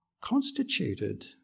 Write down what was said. constituted